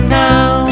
now